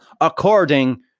according